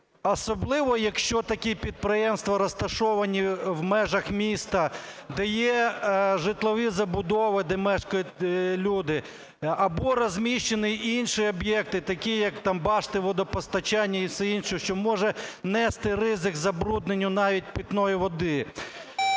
особливо якщо такі підприємства розташовані в межах міста, де є житлові забудови, де мешкають люди, або розміщені інші об'єкти, такі як там башти водопостачання і все інше, що може нести ризик забрудненню навіть питної води.